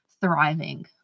thriving